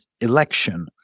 election